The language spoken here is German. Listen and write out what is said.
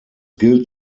gilt